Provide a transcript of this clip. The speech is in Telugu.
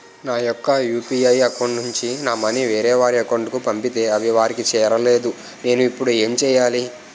నా యెక్క యు.పి.ఐ అకౌంట్ నుంచి నా మనీ వేరే వారి అకౌంట్ కు పంపితే అవి వారికి చేరలేదు నేను ఇప్పుడు ఎమ్ చేయాలి?